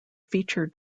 feature